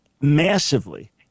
massively